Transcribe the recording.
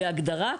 בהגדרה.